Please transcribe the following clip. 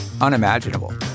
unimaginable